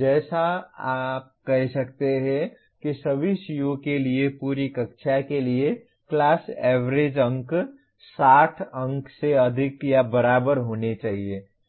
जैसे आप कह सकते हैं कि सभी CO के लिए पूरी कक्षा के लिए क्लास एवरेज अंक 60 अंक से अधिक या बराबर होने चाहिए